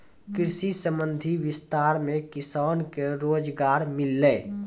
कृषि संबंधी विस्तार मे किसान के रोजगार मिल्लै